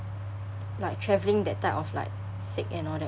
like travelling that type of like sick and all that